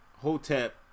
Hotep